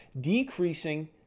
decreasing